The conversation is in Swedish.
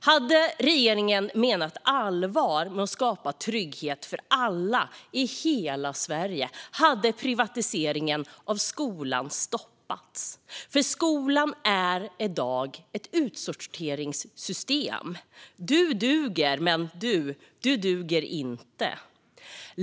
Hade regeringen menat allvar med att skapa trygghet för alla i hela Sverige hade privatiseringen av skolan stoppats, för skolan är i dag ett utsorteringssystem - du duger, men du duger inte.